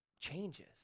changes